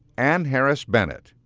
ann harris bennett,